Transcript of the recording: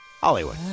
Hollywood